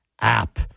app